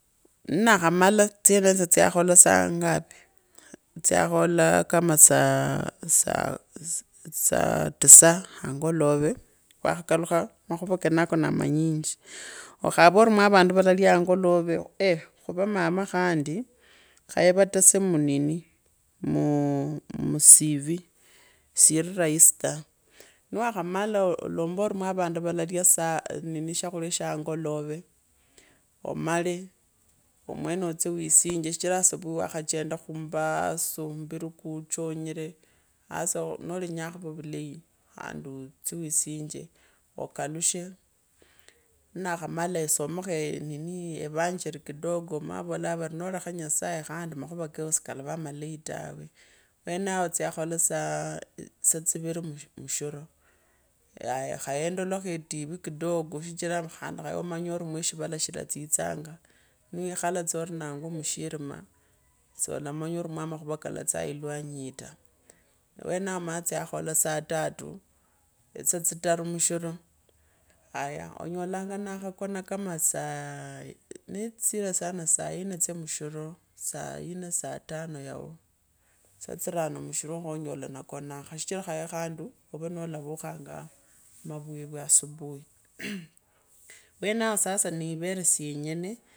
Nnakharuala tsyenetsyo tsyaakhola saa ngapi tsyakhola kama saa saa saal tisa angolove, wakhakalakha makhuva kenakonaa namanyinji okave mwe avandu valalya angolove eeh! Khuva mama khandi khaye vatese munini muu cu siri raisi ta niwakhamala alombo mwavandu valalga saa nini shakhulya shaa angolove omala omwene ootsye wisinje shichira subui wakhachanda khumbaase mmbiri kachonyire, hasa nolenyua khuva vulei, khandi otsye wisinje okalashee makhamala esomekho enini evanjeri kidogo, omanye vaudaa vari nolakha nyasaye makhuva kaka sikalava malei tawe wenaatsya khola saa saa tsiviri mushiro, haya khaye endolokho etivi kidogo shichira khandi khaya omanye mweshivala shila tsitsona niwikhala tsa ovinangwa mushirina soo lamanya mwa makhuva kalatsaa itwanyi yiita, wenao omanye tya khola saa tatu etsaa tsitaru mushino, haya onyolanga nakhakana kama saa saa nitsitsire sana saa yine tsya mushiro, saa yine saa tano yaa saa trano mushiro khonyola nakoona shichira kahye kandi ovee no laavakhangaa mavwevwa asubui wenao sasa nwere syenyone.